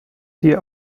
die